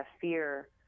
fear